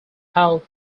how